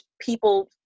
people